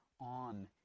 on